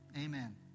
amen